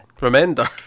Remender